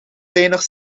weinig